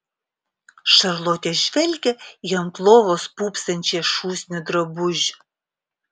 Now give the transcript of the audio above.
šarlotė žvelgė į ant lovos pūpsančią šūsnį drabužių